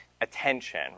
attention